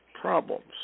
problems